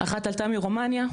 אחת עלתה מרומניה,